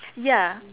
ya